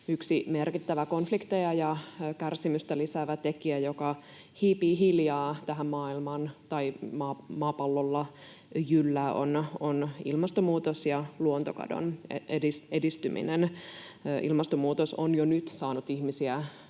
Yksi merkittävä konflikteja ja kärsimystä lisäävä tekijä, joka hiipii hiljaa tähän maailmaan tai maapallolla jyllää, on ilmastonmuutos ja luontokadon edistyminen. Ilmastonmuutos on jo nyt saanut ihmisiä